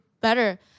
better